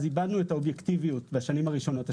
אז איבדנו את האובייקטיביות בשנים הראשונות.